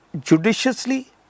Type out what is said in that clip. judiciously